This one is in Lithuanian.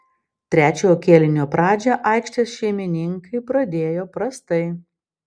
trečiojo kėlinio pradžią aikštės šeimininkai pradėjo prastai